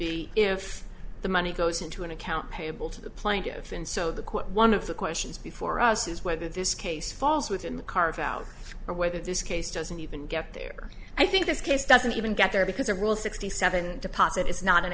be if the money goes into an account payable to the plaintiff and so the quote one of the questions before us is whether this case falls within the carve out or whether this case doesn't even get there i think this case doesn't even get there because the rule sixty seven deposit is not an